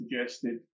suggested